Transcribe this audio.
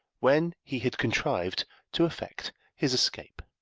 when he had contrived to effect his escape.